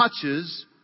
touches